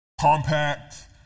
Compact